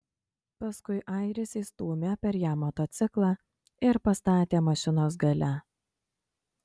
paskui airis įstūmė per ją motociklą ir pastatė mašinos gale